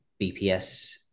bps